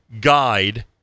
Guide